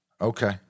Okay